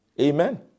Amen